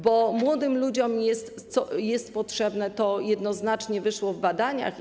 Bo młodym ludziom jest to potrzebne i jednoznacznie wyszło to w badaniach.